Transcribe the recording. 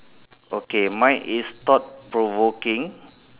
okay mine is thought provoking